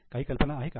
काही कल्पना आहे का